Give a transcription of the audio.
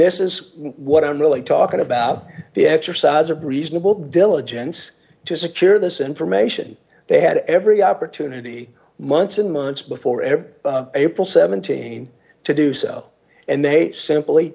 this is what i'm really talking about the exercise of reasonable diligence to secure this information they had every opportunity months and months before every april th to do so and they simply